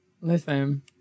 listen